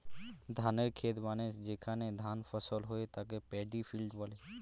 ধানের খেত মানে যেখানে ধান ফসল হয়ে তাকে প্যাডি ফিল্ড বলে